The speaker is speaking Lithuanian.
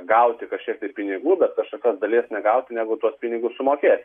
gauti kažkiek tai ir pinigų bet kažkokios dalies negauti negu tuos pinigus sumokėti